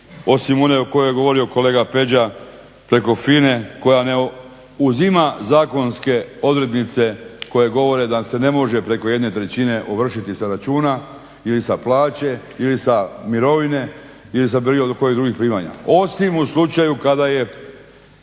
osim one o kojoj je govorio kolega Peđa preko FINA-e koja ne uzima zakonske odrednice koje govore da se ne može preko jedne trećine ovršiti sa računa ili sa plaće ili sa mirovine ili sa bilo kojih drugih primanja osim u slučaju kada je